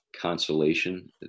consolation